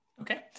Okay